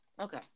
Okay